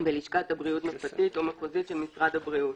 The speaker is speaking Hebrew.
בלשכת בריאות נפתית או מחוזית של משרד הבריאות,